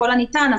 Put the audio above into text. ככל הניתן,